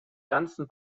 ganzen